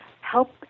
help